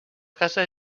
casa